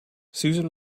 susan